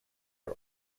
are